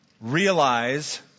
realize